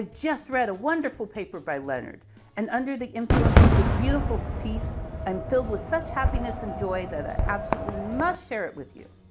ah just read a wonderful paper by leonard and under the influence of this beautiful piece i'm filled with such happiness and joy that i absolutely must share it with you.